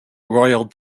royal